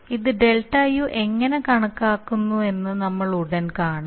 ഇത് ΔU എങ്ങനെ കണക്കാക്കുന്നുവെന്ന് നമ്മൾ ഉടൻ കാണും